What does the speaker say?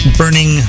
burning